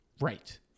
Right